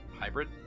hybrid